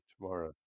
tomorrow